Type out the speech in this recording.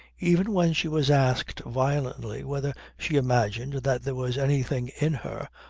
even when she was asked violently whether she imagined that there was anything in her,